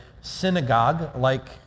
synagogue-like